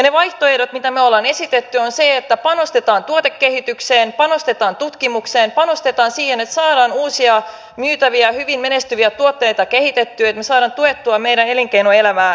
ne vaihtoehdot mitä me olemme esittäneet ovat ne että panostetaan tuotekehitykseen panostetaan tutkimukseen panostetaan siihen että saadaan uusia myytäviä hyvin menestyviä tuotteita kehitettyä että me saamme tuettua meidän elinkeinoelämäämme myöskin